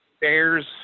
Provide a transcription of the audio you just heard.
bears